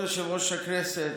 כבוד יושב-ראש הישיבה,